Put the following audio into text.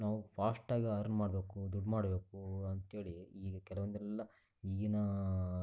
ನಾವು ಫಾಸ್ಟಾಗಿ ಅರ್ನ್ ಮಾಡಬೇಕು ದುಡ್ಡು ಮಾಡಬೇಕು ಅಂಥೇಳಿ ಈಗ ಕೆಲವೊಂದೆಲ್ಲ ಈಗಿನ